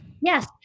Yes